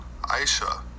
Aisha